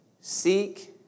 Seek